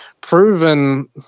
proven –